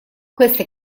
queste